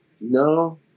no